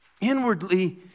Inwardly